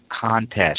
contest